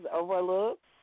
overlooked